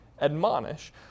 admonish